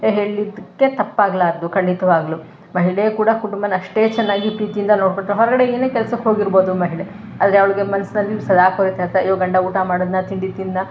ಹೇಳಿದ್ದಕ್ಕೆ ತಪ್ಪಾಗಲಾರ್ದು ಖಂಡಿತವಾಗ್ಲೂ ಮಹಿಳೆ ಕೂಡ ಕುಟುಂಬನಷ್ಟೇ ಚೆನ್ನಾಗಿ ಪ್ರೀತಿಯಿಂದ ನೋಡ್ಕೊಳ್ತಾ ಹೊರಗಡೆ ಏನೇ ಕೆಲ್ಸಕ್ಕೆ ಹೋಗಿರ್ಬೋದು ಮಹಿಳೆ ಆದರೆ ಅವ್ಳಿಗೆ ಮನಸ್ಸಿನಲ್ಲಿ ಸದಾ ಕೊರಿತಾ ಇರುತ್ತೆ ಅಯ್ಯೋ ಗಂಡ ಊಟ ಮಾಡಿದನಾ ತಿಂಡಿ ತಿಂದನಾ